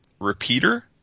repeater